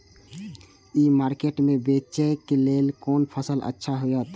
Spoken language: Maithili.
ई मार्केट में बेचेक लेल कोन फसल अच्छा होयत?